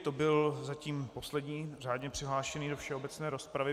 To byl zatím poslední řádně přihlášený do všeobecné rozpravy.